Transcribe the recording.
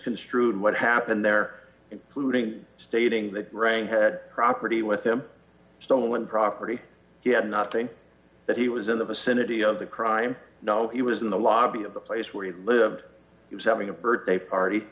misconstrued what happened there including stating that rang had property with him stolen property he had nothing that he was in the vicinity of the crime no he was in the lobby of the place where he lived he was having a birthday party